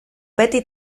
beti